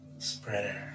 Spreader